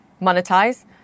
monetize